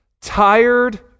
tired